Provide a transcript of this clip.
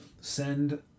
send